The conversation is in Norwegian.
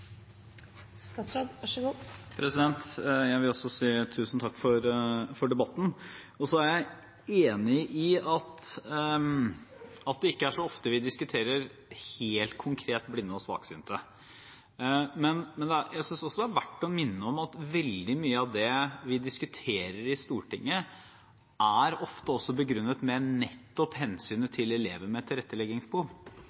enig i at det ikke er så ofte vi helt konkret diskuterer blinde og svaksynte, men jeg synes også det er verdt å minne om at veldig mye av det vi diskuterer i Stortinget, ofte også er begrunnet med nettopp hensynet